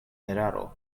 eraro